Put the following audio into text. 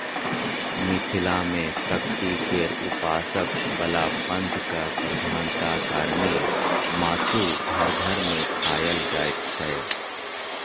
मिथिला मे शक्ति केर उपासक बला पंथक प्रधानता कारणेँ मासु घर घर मे खाएल जाइत छै